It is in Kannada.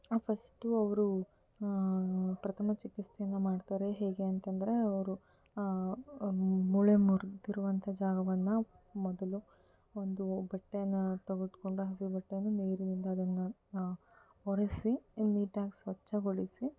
ಫಸ್ಟು ಅವರು ಪ್ರಥಮ ಚಿಕಿತ್ಸೆಯನ್ನು ಮಾಡ್ತಾರೆ ಹೇಗೆ ಅಂತಂದರೆ ಅವರು ಆ ಮೂಳೆ ಮುರಿದಿರುವಂತ ಜಾಗವನ್ನು ಮೊದಲು ಒಂದು ಬಟ್ಟೆಯನ್ನು ತೆಗೆದುಕೊಂಡು ಹಸಿಬಟ್ಟೆಯಿಂದ ನೀರಿನಿಂದ ಅದನ್ನು ನ ಒರೆಸಿ ನೀಟಾಗಿ ಸ್ವಚ್ಛಗೊಳಿಸಿ